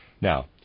Now